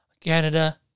Canada